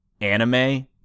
anime